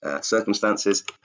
circumstances